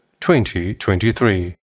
2023